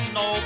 no